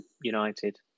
United